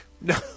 No